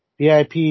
VIP